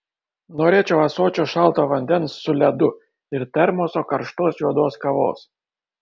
norėčiau ąsočio šalto vandens su ledu ir termoso karštos juodos kavos